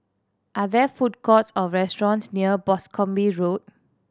are there food courts or restaurants near Boscombe Road